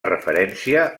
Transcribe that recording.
referència